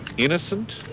innocent,